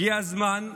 הגיע הזמן,